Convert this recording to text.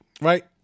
right